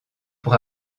pour